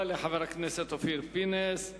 תודה לחבר הכנסת אופיר פינס.